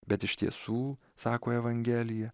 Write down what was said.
bet iš tiesų sako evangelija